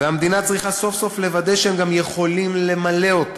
והמדינה צריכה סוף-סוף לוודא שהם גם יכולים למלא אותה.